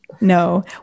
No